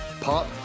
pop